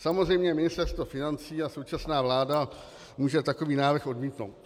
Samozřejmě Ministerstvo financí a současná vláda může takový návrh odmítnout.